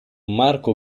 marco